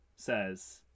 says